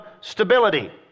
stability